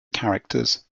characters